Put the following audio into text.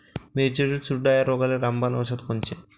मिरचीवरील चुरडा या रोगाले रामबाण औषध कोनचे?